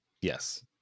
Yes